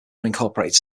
unincorporated